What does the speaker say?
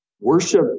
worship